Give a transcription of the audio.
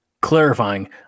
clarifying